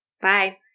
Bye